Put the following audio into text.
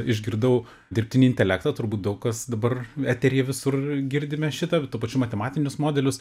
išgirdau dirbtinį intelektą turbūt daug kas dabar eteryje visur girdime šitą tuo pačiu matematinius modelius